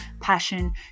passion